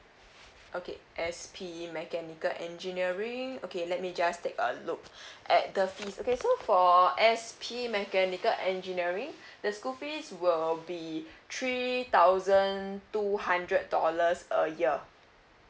okay S_P mechanical engineering okay let me just take a look at the fees okay so for S_P mechanical engineering the school fees will be three thousand two hundred dollars a year